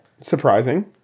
surprising